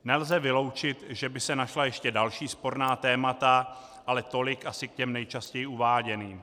Nelze vyloučit, že by se našla ještě další sporná témata, ale tolik asi k těm nejčastěji uváděným.